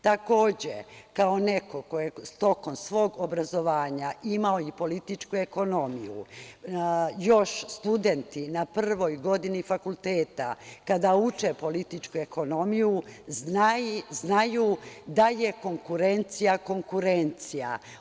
Takođe, kao neko ko je tokom svog obrazovanja imao i političku ekonomiju, još studenti na prvoj godini fakulteta kada uče političku ekonomiju znaju da je konkurencija konkurencija.